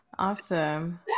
Awesome